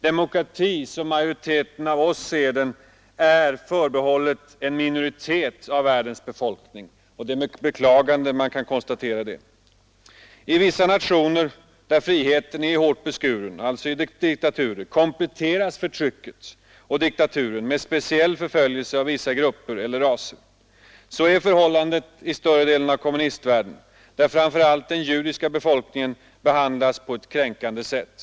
Demokratin, som majoriteten av oss ser den, är förbehållen en minoritet av världens befolkning, och det är med beklagande man konstaterar detta. I vissa nationer där friheten är hårt beskuren — alltså i diktaturer — kompletteras förtrycket med speciell förföljelse av vissa grupper eller raser. Så är förhållandet i större delen av kommunistvärlden, där framför allt den judiska befolkningen behandlas på ett kränkande sätt.